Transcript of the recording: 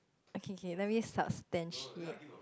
okay K let me substance it